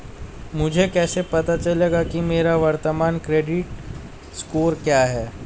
मुझे कैसे पता चलेगा कि मेरा वर्तमान क्रेडिट स्कोर क्या है?